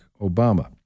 Obama